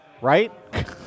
Right